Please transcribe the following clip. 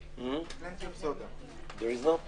אני יכולה להסתכל על כל חלק וחלק ולהגיד שהוא הגיוני,